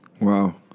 Wow